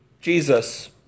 Jesus